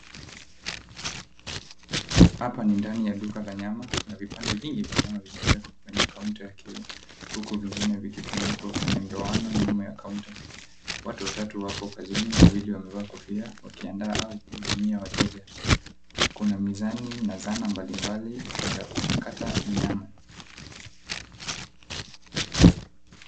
Hapa ni ndani ya duka la nyama na vipande vingi vya nyama vimeekwa kwenye kaonta yake huku vingine vikitundikwa kwenye ndoano nyuma ya kaonta. Watu watatu wapo kazini wawili wamevaa kofia wakiandaa au kuhudumia wateja, kuna mezani na zana mbalimbali za kuchakata nyama.